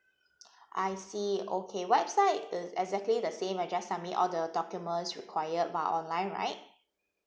I see okay website is exactly the same I just submit all the documents required by online right